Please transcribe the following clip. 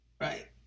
Right